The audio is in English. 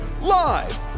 Live